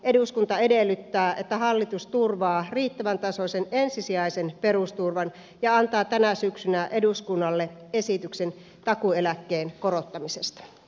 eduskunta edellyttää että hallitus turvaa riittävän tasoisen ensisijaisen perusturvan ja antaa tänä syksynä eduskunnalle esityksen takuueläkkeen korottamisesta